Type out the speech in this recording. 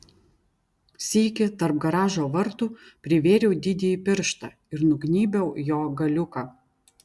sykį tarp garažo vartų privėriau didįjį pirštą ir nugnybiau jo galiuką